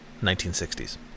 1960s